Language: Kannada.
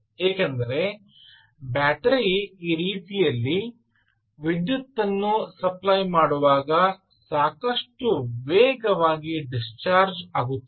ಏಕೆಂದರೆ ಬ್ಯಾಟರಿ ಈ ರೀತಿಯಲ್ಲಿ ವಿದ್ಯುತ್ತನ್ನು ಸಪ್ಲೈ ಮಾಡುವಾಗ ಸಾಕಷ್ಟು ವೇಗವಾಗಿ ಡಿಸ್ಚಾರ್ಜ್ ಆಗುತ್ತದೆ